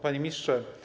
Panie Ministrze!